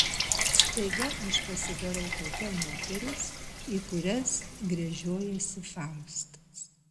staiga aš pasidarau tokia moteris į kurias gręžiojasi faustas